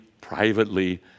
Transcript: privately